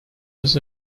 was